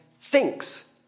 thinks